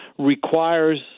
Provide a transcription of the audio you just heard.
requires